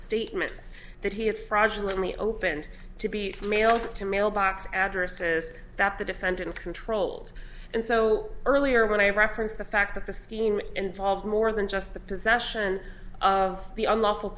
statements that he had fraudulent me opened to be mailed to mailbox addresses that the defendant controlled and so earlier when i referenced the fact that the scheme involved more than just the possession of the unlawful